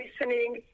listening